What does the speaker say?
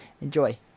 Enjoy